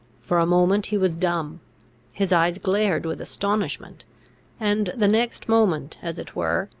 for a moment he was dumb his eyes glared with astonishment and the next moment, as it were,